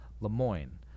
Lemoyne